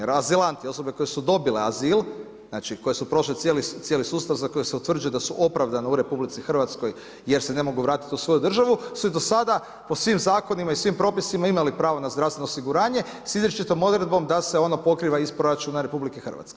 Jer azilanti, osobe koje su dobile azil, koje su prošle cijeli sustav za koji se utvrđuje da su opravdane u Rh jer se ne mogu vratiti u svoju državu su i do sada po svim zakonima i svim propisima imali pravo na zdravstveno osiguranje sa izričitom odredbom da se ona pokriva iz proračuna RH.